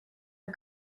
are